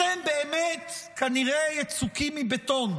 אתם באמת כנראה יצוקים מבטון,